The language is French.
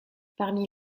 parmi